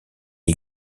est